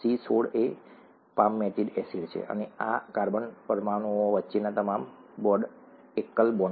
C16 એ palmitic acid છે અને આ કાર્બન પરમાણુઓ વચ્ચેના તમામ બોન્ડ એકલ બોન્ડ છે